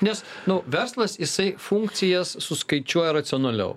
nes nu verslas jisai funkcijas suskaičiuoja racionaliau